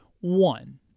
One